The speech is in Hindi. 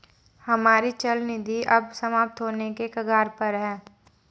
हमारी चल निधि अब समाप्त होने के कगार पर है